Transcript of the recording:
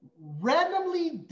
randomly